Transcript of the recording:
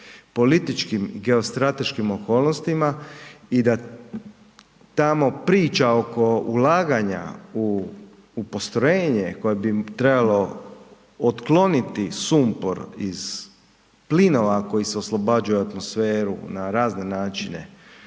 političkim, geostrateškim okolnostima i da tamo priča oko ulaganja u postrojenje koje bi trebalo otkloniti sumpor iz plinova koji se oslobađaju u atmosferu na razne načine